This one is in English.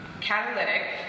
catalytic